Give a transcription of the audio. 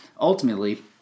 ultimately